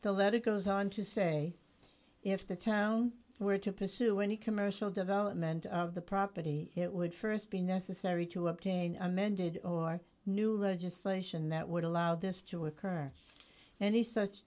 so that it goes on to say if the town were to pursue any commercial development of the property it would st be necessary to obtain amended or new legislation that would allow this to occur an